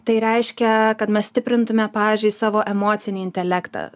tai reiškia kad mes stiprintume pavyzdžiui savo emocinį intelektą